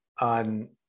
on